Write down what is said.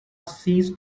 cease